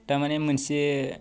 था माने मोनसे